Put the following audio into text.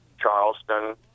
Charleston